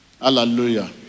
Hallelujah